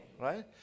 Right